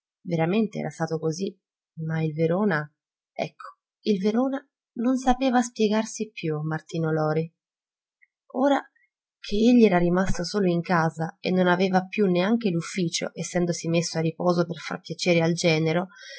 veramente era stato così ma il verona ecco il verona non sapeva spiegarsi più martino lori ora che egli era rimasto solo in casa e non aveva più neanche l'ufficio essendosi messo a riposo per far piacere al genero